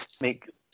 make